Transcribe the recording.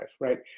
right